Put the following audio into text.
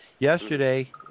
Yesterday